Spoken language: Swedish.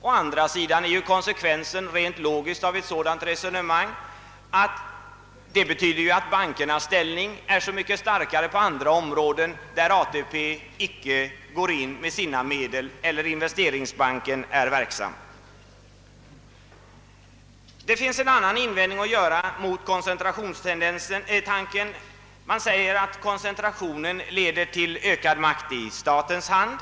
Å andra sidan är den logiska konsekvensen av ett sådant resonemang att bankernas ställning är så mycket starkare på andra områden, där ATP inte går in med sin andel av kreditmedlen och där inte heller investeringsbanken blir verksam. Det finns en annan invändning. Man säger att koncentrationen leder till ökad makt i statens hand.